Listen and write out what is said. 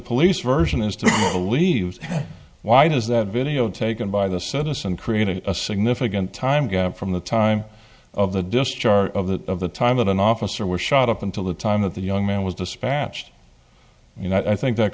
police version is to believed why does that video taken by the citizen created a significant time gap from the time of the discharge of the of the time that an officer was shot up until the time that the young man was dispatched you know i think that